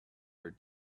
your